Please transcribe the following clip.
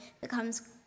becomes